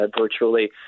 virtually